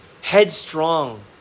headstrong